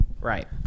Right